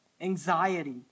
anxiety